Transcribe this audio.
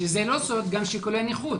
שזה לא סוד, גם שיקולי נוחות.